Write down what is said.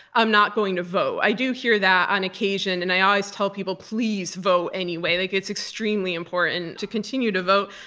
i'm not going to vote. i do hear that on occasion, and i always tell people, please vote anyway. like it's extremely important to continue to vote.